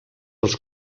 els